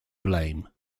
blame